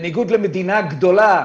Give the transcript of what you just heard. בניגוד למדינה גדולה